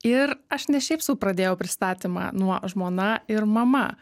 ir aš ne šiaip sau pradėjau pristatymą nuo žmona ir mama